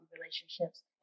relationships